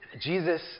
Jesus